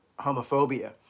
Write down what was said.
homophobia